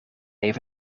even